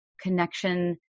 connection